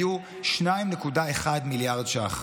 היו 2.1 מיליארד ש"ח,